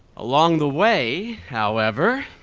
a long the way, however,